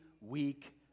week